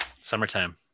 Summertime